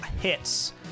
hits